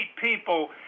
people